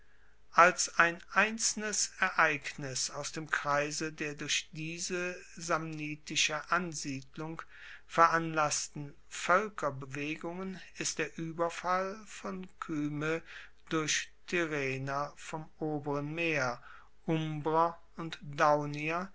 als ein einzelnes ereignis aus dem kreise der durch diese samnitische ansiedelung veranlassten voelkerbewegungen ist der ueberfall von kyme durch tyrrhener vom oberen meer umbrer und daunier